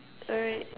alright